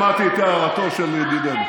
לא שמעתי את הערתו של ידידנו.